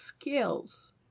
skills